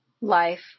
life